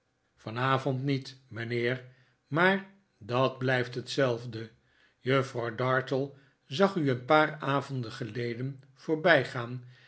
vanavond niet mijnheer maar dat blijft hetzelfde juffrouw dartle zag u een paar avonden geleden voorbijgaan